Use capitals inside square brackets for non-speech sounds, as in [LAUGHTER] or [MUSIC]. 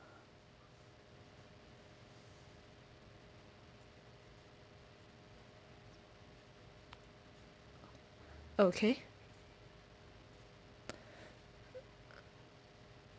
okay [BREATH]